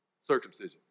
circumcision